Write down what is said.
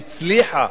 שהצליחה